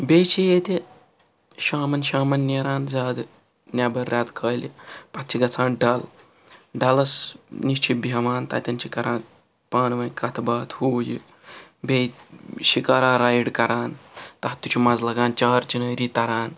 بیٚیہِ چھِ ییٚتہِ شامَن شامَن نیران زیادٕ نٮ۪بَر رٮ۪تہٕ کالہِ پَتہٕ چھِ گَژھان ڈَل ڈَلَس نِش چھِ بیٚہوان تَتٮ۪ن چھِ کَران پانہٕ ٲنۍ کَتھ باتھ ہُہ یہِ بیٚیہِ شِکارا رایِڈ کَران تَتھ تہِ چھُ مَزٕ لَگان چار چِنٲری تَران